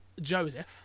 Joseph